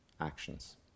actions